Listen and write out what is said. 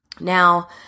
Now